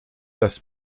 das